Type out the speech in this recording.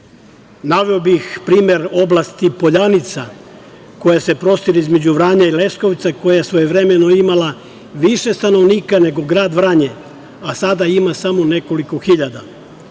Naveo bih primer oblasti Poljanica koja se prostire između Vranja i Leskovca, koja je svojevremeno imala više stanovnika nego grad Vranje, a sada ima samo nekoliko hiljada.